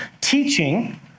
teaching